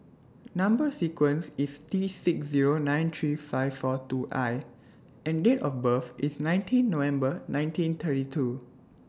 Number sequence IS T six Zero nine three five four two I and Date of birth IS nineteen November nineteen thirty two